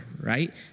right